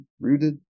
rooted